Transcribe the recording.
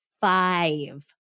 five